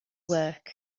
work